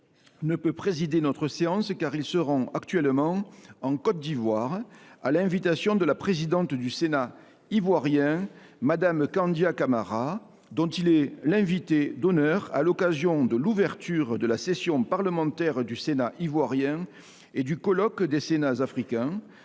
ne peut présider notre séance, car il se rend actuellement en Côte d’Ivoire à l’invitation de la présidente du Sénat ivoirien, Mme Kandia Camara, dont il est l’invité d’honneur à l’occasion de l’ouverture de la session parlementaire du Sénat ivoirien et du colloque des Sénats africains